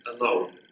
alone